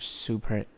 super